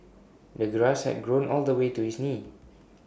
the grass had grown all the way to his knees